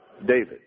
David